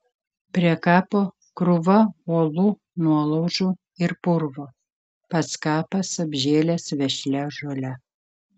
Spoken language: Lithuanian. prie kapo krūva uolų nuolaužų ir purvo pats kapas apžėlęs vešlia žole